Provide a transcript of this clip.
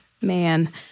man